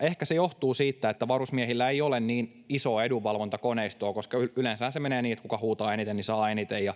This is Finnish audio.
ehkä se johtuu siitä, että varusmiehillä ei ole niin isoa edunvalvontakoneistoa, koska yleensähän se menee niin, että kuka huutaa eniten, saa eniten, ja